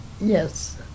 Yes